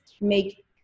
make